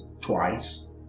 twice